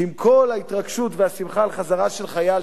שעם כל ההתרגשות והשמחה על חזרה של חייל,